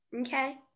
okay